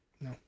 No